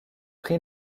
prix